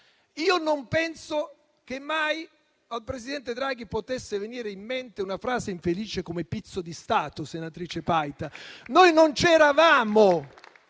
Io non penso che al presidente Draghi potesse mai venire in mente una frase infelice come «pizzo di Stato», senatrice Paita. Noi non c'eravamo